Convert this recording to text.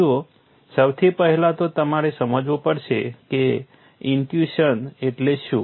જુઓ સૌથી પહેલાં તો તમારે સમજવું પડશે કે ઈન્ટ્યુઈશન એટલે શું